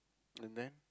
and then